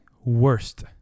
worst